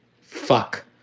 fuck